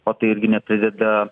o tai irgi neprideda